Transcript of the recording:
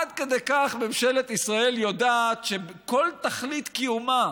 עד כדי כך ממשלת ישראל יודעת שכל תכלית קיומה